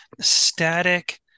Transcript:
static